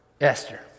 Esther